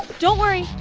don't worry,